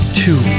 two